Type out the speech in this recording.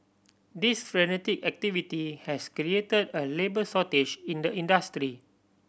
this frenetic activity has created a labour shortage in the industry